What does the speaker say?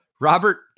Robert